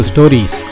Stories